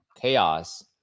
chaos